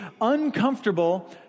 uncomfortable